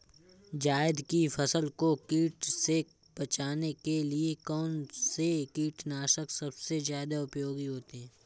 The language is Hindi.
जायद की फसल को कीट से बचाने के लिए कौन से कीटनाशक सबसे ज्यादा उपयोगी होती है?